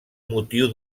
motiu